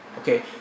okay